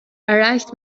erreicht